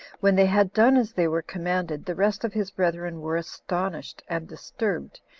when they had done as they were commanded, the rest of his brethren were astonished and disturbed,